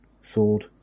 sword